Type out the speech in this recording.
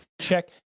Check